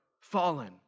fallen